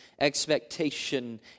expectation